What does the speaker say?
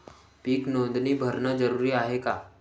पीक नोंदनी भरनं जरूरी हाये का?